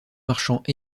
marchand